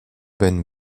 ben